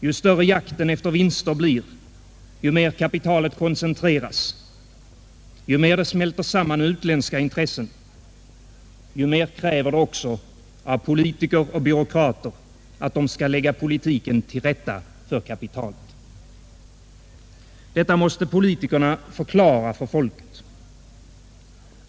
Ju större jakten efter vinster blir, ju mer kapitalet koncentreras, ju mer det smälter samman med utländska intressen, desto mer kräver det också av politiker och byråkrater att de skall lägga politiken till rätta för kapitalet. Detta måste politikerna förklara för folket.